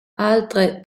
altre